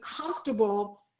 comfortable